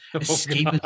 Escape